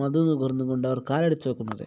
മധു നുകർന്നുകൊണ്ട് അവർ കാലെടുത്തുവയ്ക്കുന്നത്